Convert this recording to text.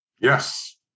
Yes